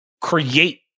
create